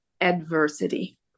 adversity